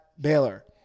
Baylor